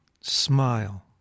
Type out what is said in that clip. Smile